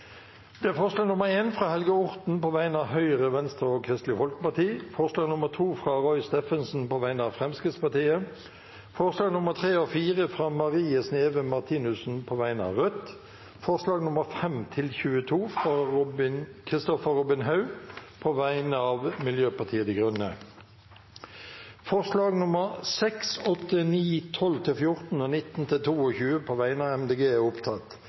22 forslag. Det er forslag nr. 1, fra Helge Orten på vegne av Høyre, Venstre og Kristelig Folkeparti forslag nr. 2, fra Roy Steffensen på vegne av Fremskrittspartiet forslagene nr. 3 og 4, fra Marie Sneve Martinussen på vegne av Rødt forslagene nr. 5–22, fra Kristoffer Robin Haug på vegne av Miljøpartiet De Grønne. Det voteres over forslagene nr. 6, 8, 9, 12–14 og 19–22, fra Miljøpartiet De Grønne. Forslag